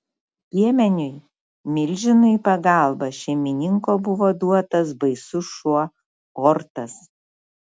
piemeniui milžinui į pagalbą šeimininko buvo duotas baisus šuo ortas